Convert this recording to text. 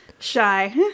Shy